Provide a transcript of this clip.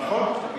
נכון.